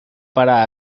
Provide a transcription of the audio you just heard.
para